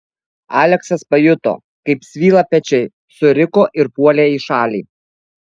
aleksas pajuto kaip svyla pečiai suriko ir puolė į šalį